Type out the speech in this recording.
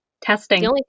Testing